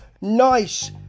nice